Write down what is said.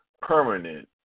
permanent